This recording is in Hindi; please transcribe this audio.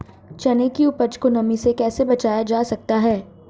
चने की उपज को नमी से कैसे बचाया जा सकता है?